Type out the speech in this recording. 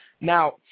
now